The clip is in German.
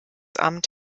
amt